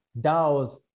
DAOs